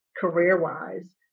career-wise